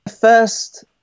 first